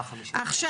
עכשיו,